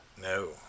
No